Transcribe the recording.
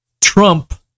Trump